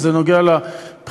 וזה נוגע לבחירה,